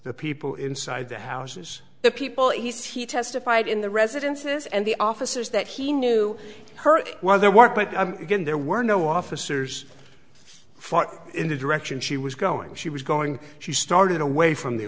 the people inside the houses the people he says he testified in the residences and the officers that he knew her well there weren't but again there were no officers fought in the direction she was going she was going she started away from the